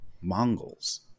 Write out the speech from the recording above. mongols